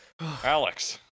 Alex